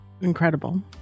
incredible